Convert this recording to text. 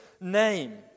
name